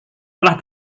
telah